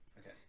Okay